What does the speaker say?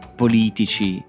politici